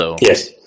Yes